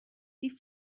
die